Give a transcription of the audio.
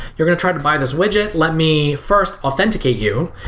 you are going to try to buy this widget. let me first authenticate you.